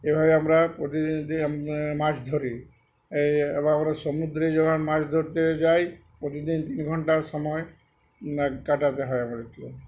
এভাবে আমরা প্রতিদিন দিন মাছ ধরি এই এবং আমরা সমুদ্রে যখন মাছ ধরতে যাই প্রতিদিন তিন ঘন্টার সময় কাটাতে হয় আমাদেরকে